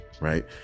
right